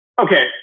Okay